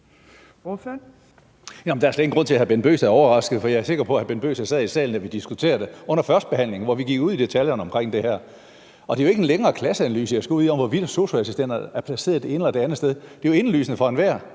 der er ingen grund til, at hr. Bent Bøgsted er overrasket, for jeg er sikker på, at hr. Bent Bøgsted sad i salen, da vi diskuterede det under førstebehandlingen, hvor vi gik ned i detaljerne omkring det her. Det er jo ikke en længere klasseanalyse, jeg skal ud i her, om, hvorvidt en sosu-assistent er placeret det ene eller det andet sted. Det er jo indlysende for enhver,